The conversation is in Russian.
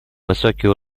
высокий